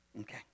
Okay